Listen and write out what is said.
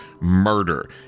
murder